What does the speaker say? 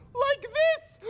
like this!